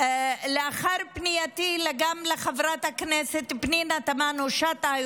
קיימה דיון בנושא הזה לאחר פנייתי לחברת הכנסת פנינה תמנו שטה,